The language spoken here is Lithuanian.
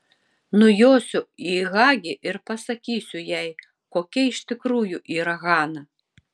nujosiu į hagi ir pasakysiu jai kokia iš tikrųjų yra hana